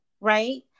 Right